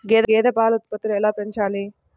గేదె పాల ఉత్పత్తులు ఎలా పెంచాలి?